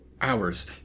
hours